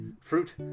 fruit